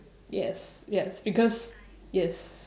yes yes because yes